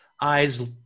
eyes